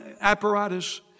apparatus